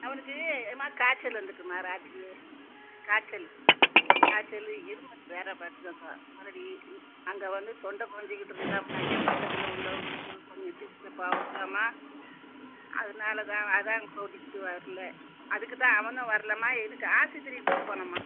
அவனுக்கு எம்மா காய்ச்சல் வந்துட்டும்மா ராத்திரி காய்ச்சல் காய்ச்சல் இருமல் வேற பாத்துக்கோங்க அங்கே வந்து தொண்டை புகஞ்சிக்கிட்டு இருந்தோம்னாக்க பக்கத்தில் உள்ளவகளுக்கு கொஞ்சம் டிஸ்டப்பு ஆகுமுல்லம்மா அதனால்தான் அதுதான் கூட்டிக்கிட்டு வரல அதுக்கு தான் அவனும் வரலம்மா இதுக்கு ஆஸ்பத்திரிக்கு கூட்டு போனேம்மா